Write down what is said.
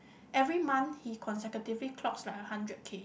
every month he consecutively clocks like a hundred K